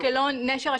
בנשר,